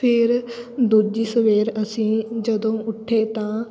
ਫਿਰ ਦੂਜੀ ਸਵੇਰ ਅਸੀਂ ਜਦੋਂ ਉੱਠੇ ਤਾਂ